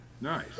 Nice